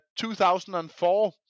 2004